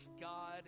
God